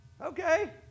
Okay